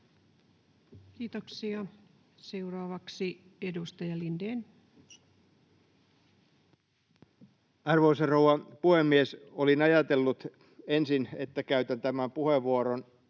Kiitoksia. — Seuraavaksi edustaja Lindén. Arvoisa rouva puhemies! Olin ajatellut ensin, että käytän tämän puheenvuoron